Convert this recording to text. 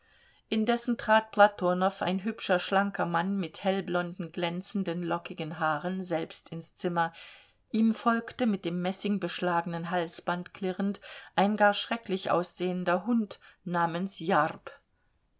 indessen trat platonow ein hübscher schlanker mann mit hellblonden glänzenden lockigen haaren selbst ins zimmer ihm folgte mit dem messingbeschlagenen halsband klirrend ein gar schrecklich aussehender hund namens jarb